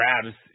grabs